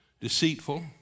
deceitful